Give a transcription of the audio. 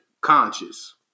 conscious